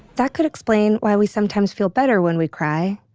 that could explain why we sometimes feel better when we cry,